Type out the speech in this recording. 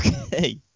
okay